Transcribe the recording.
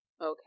okay